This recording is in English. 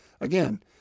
again